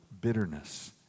bitterness